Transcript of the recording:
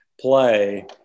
play